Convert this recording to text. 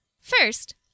First